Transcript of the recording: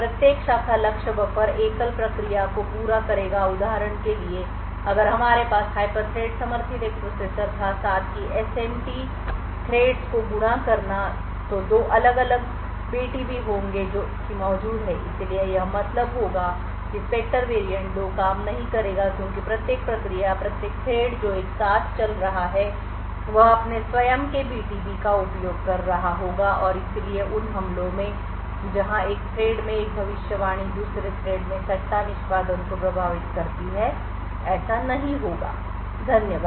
प्रत्येक शाखा लक्ष्य बफ़र एकल प्रक्रिया को पूरा करेगा उदाहरण के लिए अगर हमारे पास हाइपरथ्रेड समर्थित एक प्रोसेसर था साथ ही एसएमटी थ्रेड्स को गुणा करना तो दो अलग अलग बीटीबी होंगे जो कि मौजूद हैं इसलिए यह मतलब होगा कि स्पेक्टर वेरिएंट 2 काम नहीं करेगा क्योंकि प्रत्येक प्रक्रिया या प्रत्येक थ्रेड जो एक साथ चल रहा है वह अपने स्वयं के BTB का उपयोग कर रहा होगा और इसलिए उन हमलों में जहां एक थ्रेड में एक भविष्यवाणी दूसरे थ्रेड में सट्टा निष्पादन को प्रभावित करती है ऐसा नहीं होगा धन्यवाद